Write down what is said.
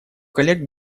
коллег